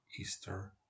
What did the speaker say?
Easter